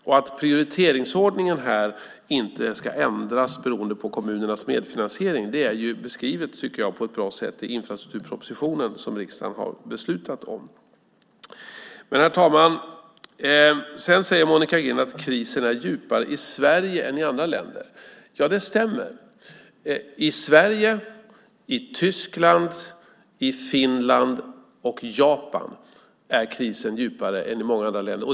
Och att prioriteringsordningen inte ska ändras beroende på kommunernas medfinansiering är ju beskrivet, tycker jag, på ett bra sätt i infrastrukturpropositionen, som riksdagen har beslutat om. Herr talman! Sedan säger Monica Green att krisen är djupare i Sverige än i andra länder. Ja, det stämmer. I Sverige, i Tyskland, i Finland och i Japan är krisen djupare än i många andra länder.